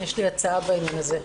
יש לי הצעה בעניין הזה.